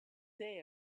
day